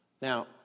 Now